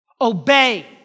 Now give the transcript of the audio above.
Obey